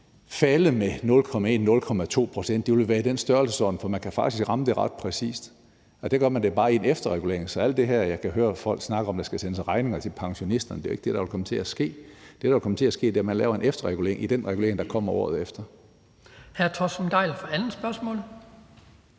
falde med 0,1-0,2 pct. Det vil være i den størrelsesorden, for man kan faktisk ramme det ret præcist. Det gør man bare i en efterregulering. Så alt det her med, at der skal sendes regninger til pensionisterne, som jeg kan høre folk snakke om, er jo ikke det, der vil komme til at ske. Det, der vil komme til at ske, er, at man laver en efterregulering i den regulering, der kommer året efter. Kl. 19:22 Den fg. formand (Hans